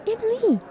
Emily